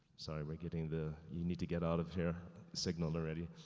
sorry we're getting the, you need to get out of here signal already.